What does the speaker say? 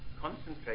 concentrate